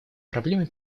проблема